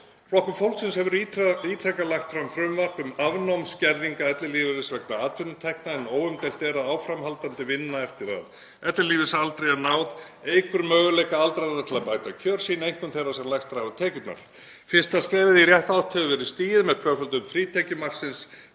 Flokkur fólksins hefur ítrekað lagt fram frumvarp um afnám skerðinga ellilífeyris vegna atvinnutekna en óumdeilt er að áframhaldandi vinna eftir að ellilífeyrisaldri er náð eykur möguleika aldraðra til að bæta kjör sín, einkum þeirra sem lægstar hafa tekjurnar. Fyrsta skrefið í rétta átt hefur verið stigið með tvöföldum frítekjumarksins.